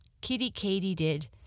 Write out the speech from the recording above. Kitty-Katy-Did